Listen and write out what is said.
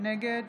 נגד